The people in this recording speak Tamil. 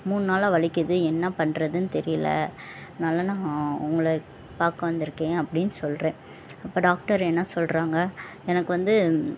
மூணு நாளாக வலிக்குது என்ன பண்ணுறதுனு தெரியல அதனால நான் உங்களை பார்க்க வந்திருக்கேன் அப்படினு சொல்கிறேன் அப்போ டாக்டர் என்ன சொல்கிறாங்க எனக்கு வந்து